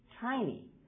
tiny